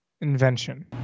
invention